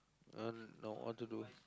ah no what to do